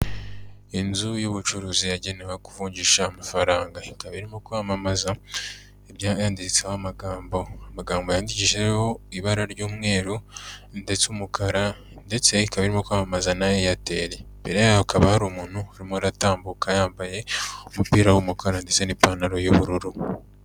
Inzu y'ubucuruzi yagenewe kuvungisha amafaranga ikaba irimo kwamamaza yanditseho amagambo. Amagambo yandikishijeho ibara ry'umweru ndetse n'umukara ndetse ikaba irimo kwamamaza na Airtel. Imbere yayo hakaba hari umuntu urimo aratambuka yambaye umupira w'umukara ndetse n'ipantaro y'ubururu.